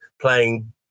playing